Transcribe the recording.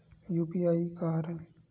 UPI का हरय?